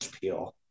peel